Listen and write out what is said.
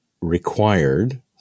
required